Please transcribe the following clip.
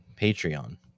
Patreon